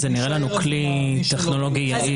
זה נראה לנו כלי טכנולוגי יעיל.